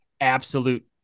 absolute